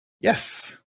Yes